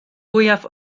fwyaf